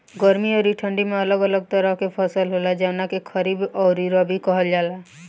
गर्मी अउरी ठंडी में अलग अलग तरह के फसल होला, जवना के खरीफ अउरी रबी कहल जला